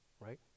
right